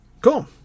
Cool